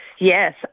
Yes